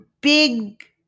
big